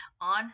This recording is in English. on